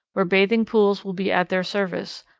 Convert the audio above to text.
where bathing-pools will be at their service,